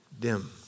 dim